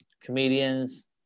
comedians